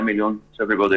100 מיליון סדר גודל.